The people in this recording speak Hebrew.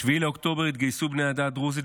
ב-7 באוקטובר התגייסו בני העדה הדרוזית